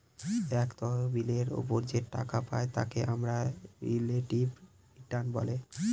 এক তহবিলের ওপর যে টাকা পাই তাকে আমরা রিলেটিভ রিটার্ন বলে